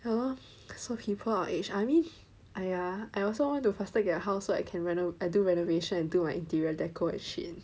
ya lor so people our age I mean !aiya! I also want to faster get a house so I can reno~ I do renovation and do my interior decor and shit